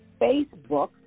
Facebook